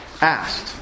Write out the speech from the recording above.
asked